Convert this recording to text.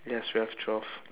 yes we have twelve